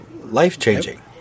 Life-changing